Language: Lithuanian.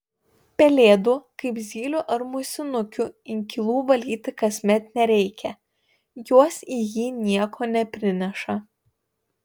pelėdų kaip zylių ar musinukių inkilų valyti kasmet nereikia jos į jį nieko neprineša